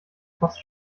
fast